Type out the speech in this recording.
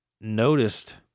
noticed